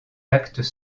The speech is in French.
actes